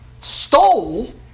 stole